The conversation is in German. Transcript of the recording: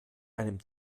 einem